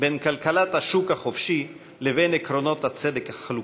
בין כלכלת השוק החופשי לבין עקרונות הצדק החלוקתי.